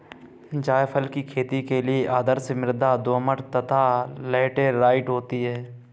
जायफल की खेती के लिए आदर्श मृदा दोमट तथा लैटेराइट होती है